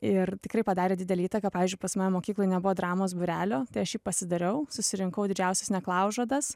ir tikrai padarė didelę įtaką pavyzdžiui pas mane mokykloj nebuvo dramos būrelio tai aš jį pasidariau susirinkau didžiausias neklaužadas